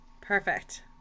Perfect